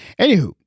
anywho